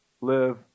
live